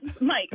Mike